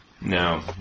No